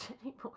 anymore